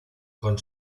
con